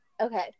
okay